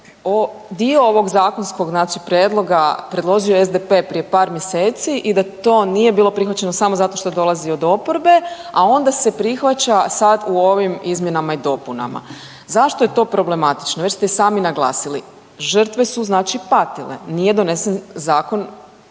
dio ovog zakonskog znači prijedloga predložio SDP prije par mjeseci i da to nije bilo prihvaćeno samo zato što dolazi od oporbe a onda se prihvaća sad u ovim izmjenama i dopunama. Zašto je to problematično? Već ste i sami naglasili, žrtve su znači patile, nije donesen zakon